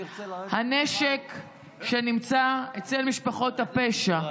הנשק שנמצא אצל משפחות הפשע,